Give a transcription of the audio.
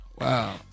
wow